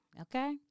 okay